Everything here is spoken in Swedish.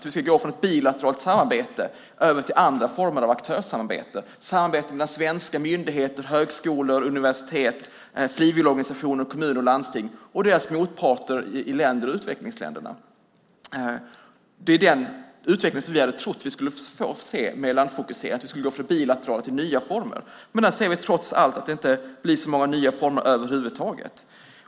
Vi ska gå från ett bilateralt samarbete över till andra former av aktörssamarbete, samarbete mellan svenska myndigheter, högskolor, universitet, frivilligorganisationer, kommuner och landsting och deras motparter i utvecklingsländerna. Det är den utvecklingen som vi hade trott att vi skulle få se med landfokuseringen. Vi hade trott att vi skulle gå från bilateralt samarbete till nya former av samarbete. Men vi ser att det trots allt inte blir så många nya former över huvud taget.